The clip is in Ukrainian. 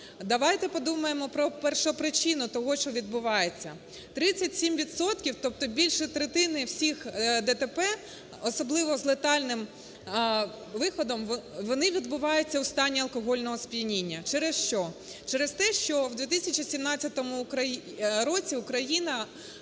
давайте подумаємо про першопричину того, що відбувається. 37 відсотків, тобто більше третини всіх ДТП, особливо з летальним виходом, вони відбуваються в стані алкогольного сп'яніння. Через що? Через те, що в 2017 році Україна